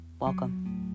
Welcome